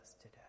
today